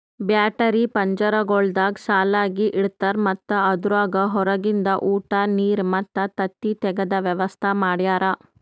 battery ಪಂಜರಗೊಳ್ದಾಗ್ ಸಾಲಾಗಿ ಇಡ್ತಾರ್ ಮತ್ತ ಅದುರಾಗ್ ಹೊರಗಿಂದ ಉಟ, ನೀರ್ ಮತ್ತ ತತ್ತಿ ತೆಗೆದ ವ್ಯವಸ್ತಾ ಮಾಡ್ಯಾರ